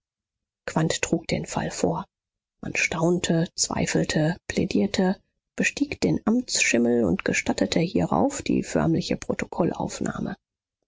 trug den fall vor man staunte zweifelte plädierte bestieg den amtsschimmel und gestattete hierauf die förmliche